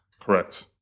Correct